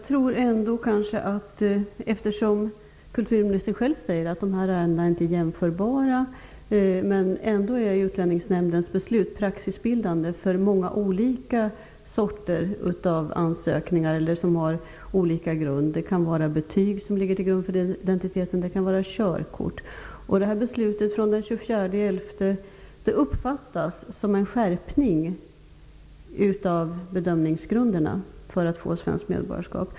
Fru talman! Kulturministern själv säger att ärendena inte är jämförbara. Men ändå är Utlänningsnämndens beslut praxisbildande för många olika typer av ansökningar med olika grunder. Det kan vara betyg eller körkort som ligger till grund för identiteten. Beslutet från den 24 november 1993 uppfattas som en skärpning av bedömningsgrunderna för att få svenskt medborgarskap.